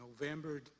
november